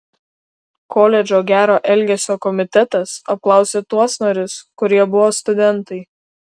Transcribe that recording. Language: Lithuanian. koledžo gero elgesio komitetas apklausė tuos narius kurie buvo studentai